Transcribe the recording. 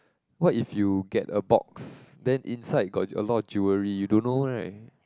what if you get a box then inside got a lot of jewelry you don't know right